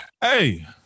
hey